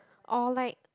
or like